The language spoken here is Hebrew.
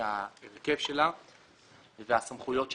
ההרכב שלה והסמכויות שלה.